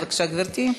בבקשה, גברתי.